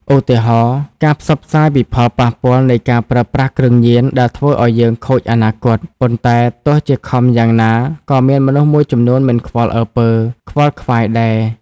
ឧទាហរណ៍៖ ការផ្សព្វផ្សាយពីផលប៉ះពាល់នៃការប្រើប្រាស់គ្រឿងញៀនដែលធ្វើឱ្យយើងខូចអនាគត ប៉ុន្តែទោះជាខំយ៉ាងណាក៏មានមនុស្សមួយចំនួនមិនខ្វល់អើពើ ខ្វល់ខ្វាយដែរ។